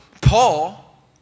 Paul